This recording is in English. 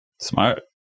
smart